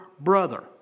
brother